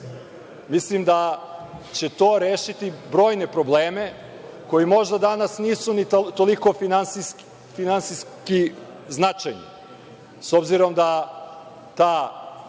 Mislim da će to rešiti brojne probleme koji možda danas nisu ni toliko finansijski značajni, s obzirom da ta